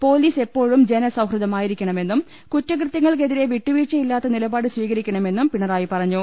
police എപ്പോഴും ജനസൌഹൃദമായിരിക്കണമെന്നും കുറ്റകൃത്യങ്ങൾ ക്കെതിരെ വിട്ടുവീഴ്ച യില്ലാത്ത നിലപാട് സ്വീകരിക്കണമെന്നും പിണറായി പറഞ്ഞു